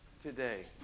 today